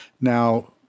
Now